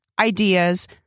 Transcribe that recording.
ideas